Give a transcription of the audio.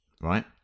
right